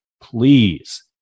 Please